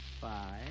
five